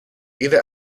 either